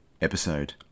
episode